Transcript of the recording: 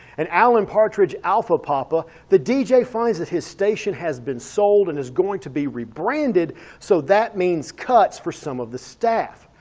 and alan partridge alpha papa the dj finds that his station has been sold and is going to be rebranded so that means cuts for some of the staff.